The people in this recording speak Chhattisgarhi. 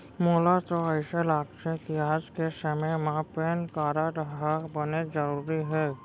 मोला तो अइसे लागथे कि आज के समे म पेन कारड ह बनेच जरूरी हे